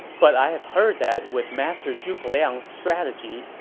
but i have heard that, with master zhuge liang's strategy,